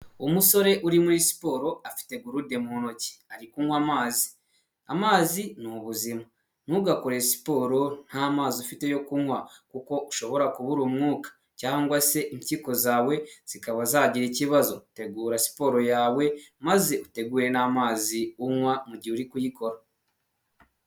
Umusore uri muri siporo afite gurude mu ntoki, ari kunywa amazi, amazi ni ubuzima ntugakore siporo nta mazi ufite yo kunywa, kuko ushobora kubura umwuka cyangwa se impyiko zawe zikaba zagira ikibazo, tegura siporo yawe maze utegure n'amazi unywa mugihe uri kuyikora.